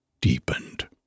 deepened